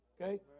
Okay